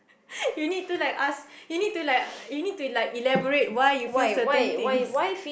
you need to like ask you need to like you need to like elaborate why you feel certain things